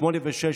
שמונה ושש,